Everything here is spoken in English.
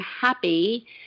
happy –